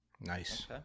Nice